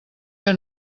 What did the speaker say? que